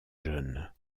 jeune